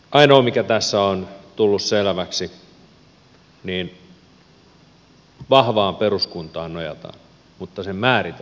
ainoa mikä tässä on tullut selväksi on että vahvaan peruskuntaan nojataan mutta sen määritelmät eivät ole selvät